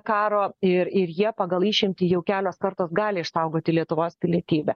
karo ir ir jie pagal išimtį jau kelios kartos gali išsaugoti lietuvos pilietybę